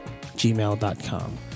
gmail.com